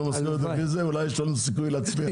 משכורת אחרי זה אולי יש לנו סיכוי להצליח.